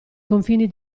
confini